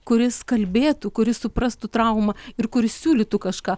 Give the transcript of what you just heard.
kuris kalbėtų kuris suprastų traumą ir kur siūlytų kažką